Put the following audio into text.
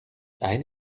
eine